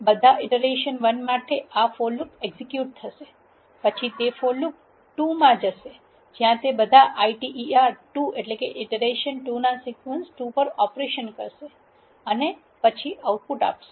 બધા iter 1 માટે આ ફોર લુપ એક્ઝેક્યુટ થશે પછી તે ફોર લુપ 2 માં જશે જ્યાં તે બધા iter 2 ના સિકવન્સ 2 પર ઓપરેશન કરશે અને આઉટપુટ આપશે